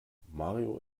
mario